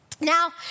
Now